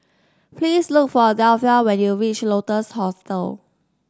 please look for Delphia when you reach Lotus Hostel